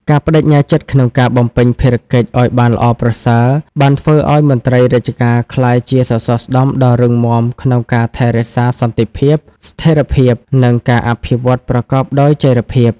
ការប្តេជ្ញាចិត្តក្នុងការបំពេញភារកិច្ចឱ្យបានល្អប្រសើរ បានធ្វើឱ្យមន្ត្រីរាជការក្លាយជាសសរស្តម្ភដ៏រឹងមាំក្នុងការថែរក្សាសន្តិភាព ស្ថិរភាព និងការអភិវឌ្ឍប្រកបដោយចីរភាព។